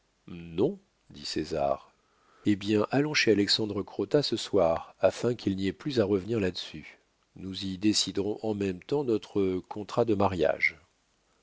non dit césar eh bien allons chez alexandre crottat ce soir afin qu'il n'y ait plus à revenir là-dessus nous y déciderons en même temps notre contrat de mariage